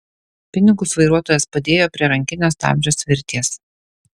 pinigus vairuotojas padėjo prie rankinio stabdžio svirties